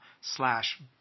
slash